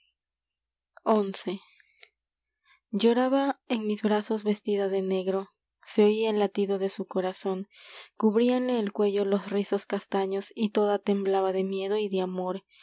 xi loraba en mis brazos vestida de negro su se oía el latido de corazón cubríanle el cuello los rizos castaños y toda temblaba de miedo y de amor